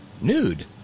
Nude